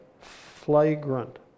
flagrant